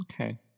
okay